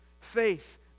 faith